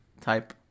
type